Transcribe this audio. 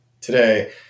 today